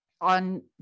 on